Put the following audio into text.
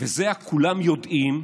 וזה ה"כולם יודעים",